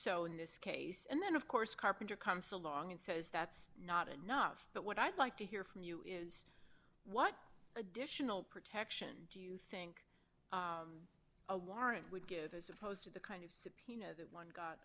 so in this case and then of course carpenter comes along and says that's not enough but what i'd like to hear from you is what additional protection do you think a warrant would give as opposed to the kind of that one got